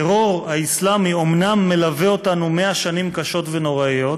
הטרור האסלאמי אומנם מלווה אותנו 100 שנים קשות ונוראות,